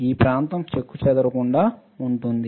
ఈ ప్రాంతం చెక్కుచెదరకుండా ఉంటుంది